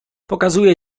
pokazuję